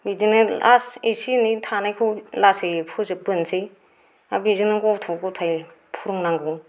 बिदिनो लास्ट एसे एनै थानायखौ लासै फोजोब्बोनोसै दा बेजोंनो गथ' गथाय फोरोंनांगौ